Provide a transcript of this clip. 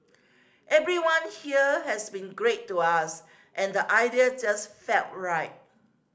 everyone here has been great to us and the idea just felt right